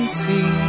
see